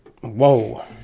whoa